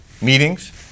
meetings